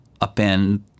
upend